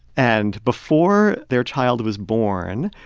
and before their child was born,